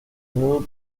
menudo